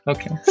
Okay